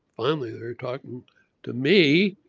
finally they're talking to me.